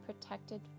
protected